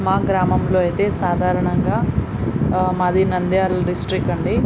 మా గ్రామంలో అయితే సాధారణంగా మాది నంద్యాల డిస్ట్రిక్ అండి